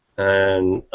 and